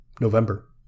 November